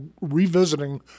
revisiting